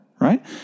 right